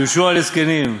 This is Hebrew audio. יהושע לזקנים"